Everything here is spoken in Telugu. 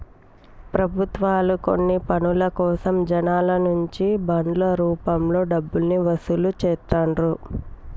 ప్రభుత్వాలు కొన్ని పనుల కోసం జనాల నుంచి బాండ్ల రూపంలో డబ్బుల్ని వసూలు చేత్తండ్రు